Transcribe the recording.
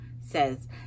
says